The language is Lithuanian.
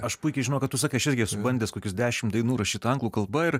aš puikiai žinau ką tu sakai aš irgi bandęs kokius dešimt dainų rašyt anglų kalba ir